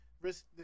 risk